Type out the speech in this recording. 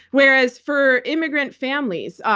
whereas for immigrant families,